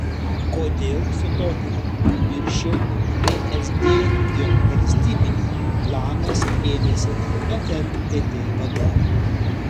kodėl su tokiu įniršiu vsd ir valstybininkų klanas ėmėsi fntt vadovų